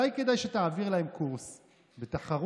אלי כדאי שתעביר להם קורס בתחרות,